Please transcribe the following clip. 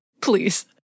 please